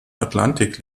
atlantik